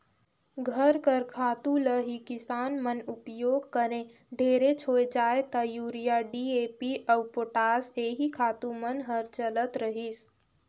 घर कर खातू ल ही किसान मन उपियोग करें ढेरेच होए जाए ता यूरिया, डी.ए.पी अउ पोटास एही खातू मन हर चलत रहिस